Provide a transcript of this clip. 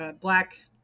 black